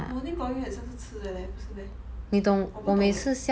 leh morning glory 好像是吃的 leh 不是 meh 我不懂 eh